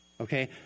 Okay